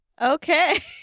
Okay